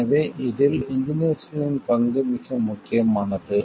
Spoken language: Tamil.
எனவே இதில் இன்ஜினியர்ஸ்களின் பங்கு மிக முக்கியமானது